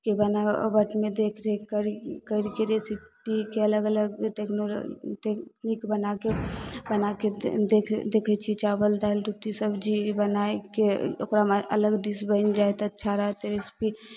कि बनाबटमे देखरेख करी करिके रेसिपीके अलग अलग टेक्नोलो टेकनीक बनाके बनाके देखय देखय छियै चावल दालि रोटी सब्जी बनायके ओकरामे अलग डिश बनि जाइ तऽ अच्छा रहतै रेसिपी